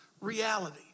reality